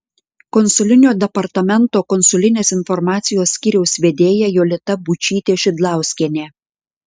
konsulinio departamento konsulinės informacijos skyriaus vedėja jolita būčytė šidlauskienė